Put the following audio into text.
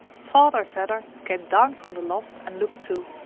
father vedder came down from the loft and looked too.